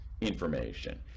information